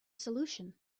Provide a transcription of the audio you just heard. solution